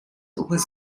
was